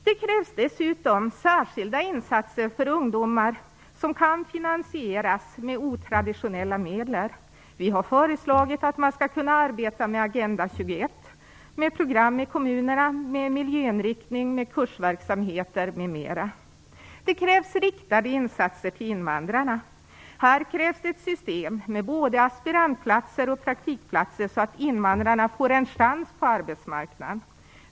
Det krävs dessutom särskilda insatser för ungdomar som kan finansieras med otraditionella medel. Vi har föreslagit att man skall kunna arbeta med Agenda Det krävs riktade insatser för invandrarna. Här krävs ett system med både aspirantplatser och praktikplatser, så att invandrarna får en chans på arbetsmarknaden.